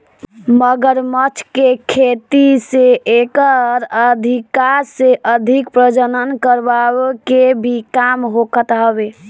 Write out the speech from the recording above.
मगरमच्छ के खेती से एकर अधिका से अधिक प्रजनन करवाए के भी काम होखत हवे